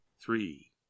three